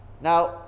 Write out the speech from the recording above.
now